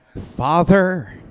Father